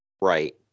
Right